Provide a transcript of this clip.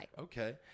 okay